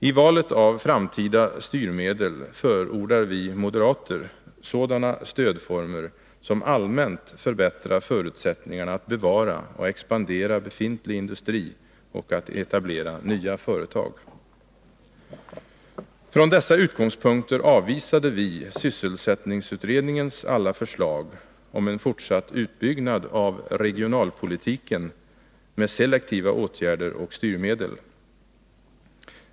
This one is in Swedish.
I valet av framtida styrmedel förordar vi moderater sådana stödformer som allmänt förbättrar förutsättningarna att bevara och expandera befintlig industri och att etablera nya företag. Från dessa utgångspunkter avvisade vi sysselsättningsutredningens alla förslag om en fortsatt utbyggnad av regionalpolitiken med selektiva åtgärder och styrmedel.